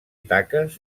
taques